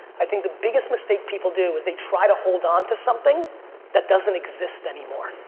i think the biggest mistake people do as they try to hold onto something that doesn't exist anymore.